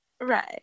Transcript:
Right